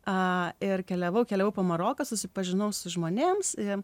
ir keliavau keliavau po maroką susipažinau su žmonėms